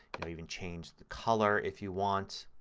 but even change the color if you want.